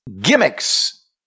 gimmicks